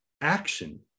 action